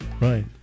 Right